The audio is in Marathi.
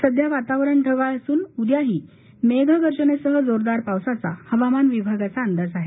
सध्या वातावरण ढगाळ असून उद्याही मेघ गर्जनेसह जोरदार पावसाचा हवामान विभागाचा अंदाज आहे